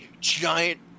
giant